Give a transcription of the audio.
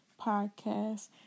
podcast